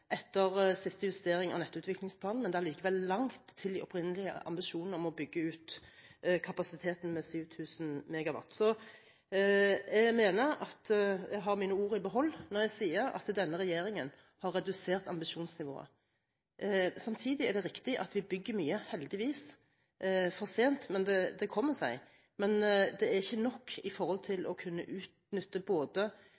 etter siste justering av nettutviklingsplanen, men det er allikevel langt til de opprinnelige ambisjonene om å bygge ut kapasiteten med 7 000 MW. Jeg mener jeg har mine ord i behold når jeg sier at denne regjeringen har redusert ambisjonsnivået. Samtidig er det riktig at vi bygger mye, heldigvis – for sent, men det kommer seg – men det er ikke nok